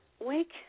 Wake